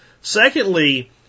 Secondly